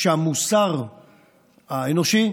שהמוסר האנושי,